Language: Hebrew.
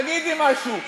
תגידי משהו,